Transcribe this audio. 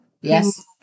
Yes